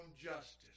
justice